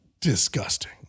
Disgusting